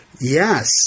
Yes